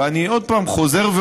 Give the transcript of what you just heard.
ואני עוד פעם אומר,